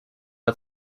had